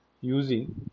using